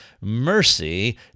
mercy